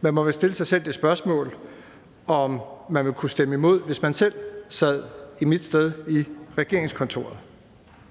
Man må stille sig selv det spørgsmål, om man ville kunne stemme imod, hvis man selv sad i mit sted i regeringskontoret,